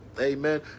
Amen